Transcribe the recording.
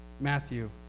Matthew